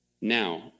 Now